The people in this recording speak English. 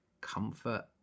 comfort